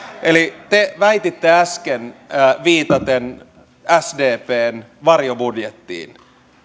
eli te väititte äsken viitaten sdpn varjobudjettiin